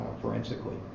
forensically